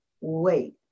wait